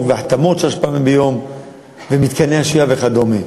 והחתמות שלוש פעמים ביום ומתקני השהייה וכדומה.